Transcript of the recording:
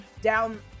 down